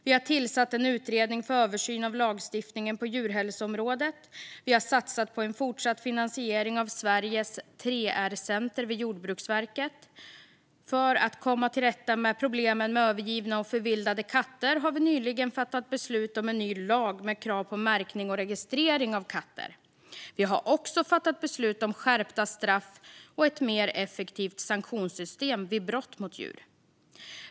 Vi har tillsatt en utredning för översyn av lagstiftningen på djurhälsoområdet, och vi har satsat på en fortsatt finansiering av Sveriges 3R-center vid Jordbruksverket. För att komma till rätta med problemen med övergivna och förvildade katter har vi nyligen fattat beslut om en ny lag med krav på märkning och registrering av katter. Vi har också fattat beslut om skärpta straff och ett mer effektivt sanktionssystem vid brott mot djur.